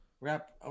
wrap